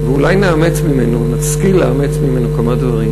ואולי נשכיל לאמץ ממנו כמה דברים.